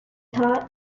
thought